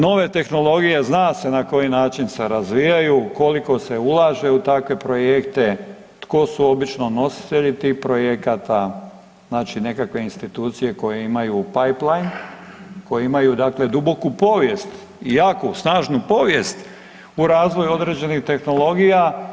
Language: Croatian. Nove tehnologije zna se na koji način se razvijaju, koliko se ulaže u takve projekte, tko su obično nositelji tih projekata, znači nekakve institucije koje imaju PayPlajn, koje imaju dakle duboku povijest i jaku, snažnu povijest u razvoju određenih tehnologija.